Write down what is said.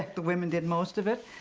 the women did most of it.